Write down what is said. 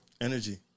Energy